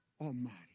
Almighty